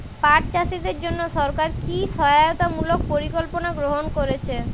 পাট চাষীদের জন্য সরকার কি কি সহায়তামূলক পরিকল্পনা গ্রহণ করেছে?